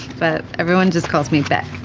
but everyone just calls me back